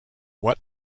what